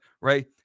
right